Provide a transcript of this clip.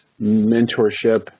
mentorship